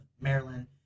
Maryland